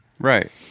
Right